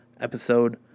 episode